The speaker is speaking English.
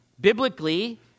biblically